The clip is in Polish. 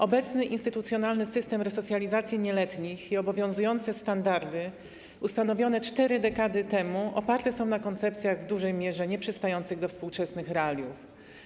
Obecny instytucjonalny system resocjalizacji nieletnich i obowiązujące standardy ustanowione 4 dekady temu oparte są na koncepcjach w dużej mierze nieprzystających do współczesnych realiów.